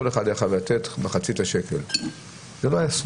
כל אחד היה חייב לתת מחצית השקל.